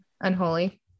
Unholy